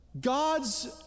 God's